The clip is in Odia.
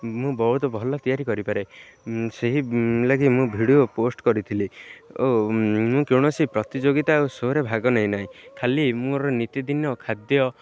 ମୁଁ ବହୁତ ଭଲ ତିଆରି କରିପାରେ ସେହି ଲାଗି ମୁଁ ଭିଡ଼ିଓ ପୋଷ୍ଟ କରିଥିଲି ଓ ମୁଁ କୌଣସି ପ୍ରତିଯୋଗିତା ଓ ଶୋ'ରେ ଭାଗ ନେଇନାହିଁ ଖାଲି ମୋର ନିତିଦିନ ଖାଦ୍ୟ